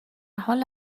حال